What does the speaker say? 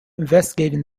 investigating